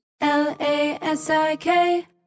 L-A-S-I-K